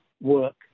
work